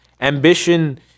ambition